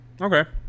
Okay